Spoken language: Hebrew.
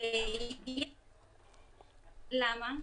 למה?